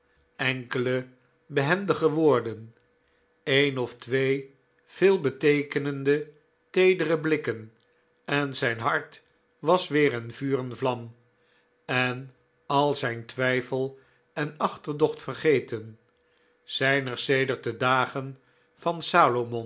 enkele behendige woorden een of twee veelbeteekenende teedere blikken en zijn hart was weer in vuur en vlam en al zijn twijfel en achterdocht vergeten zijn er sedert de dagen van